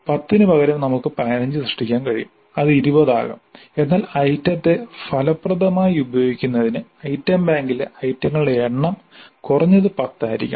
10 ന് പകരം നമുക്ക് 15 സൃഷ്ടിക്കാൻ കഴിയും അത് 20 ആകാം എന്നാൽ ഐറ്റത്തെ ഫലപ്രദമായി ഉപയോഗിക്കുന്നതിന് ഐറ്റം ബാങ്കിലെ ഐറ്റങ്ങളുടെ എണ്ണം കുറഞ്ഞത് 10 ആയിരിക്കണം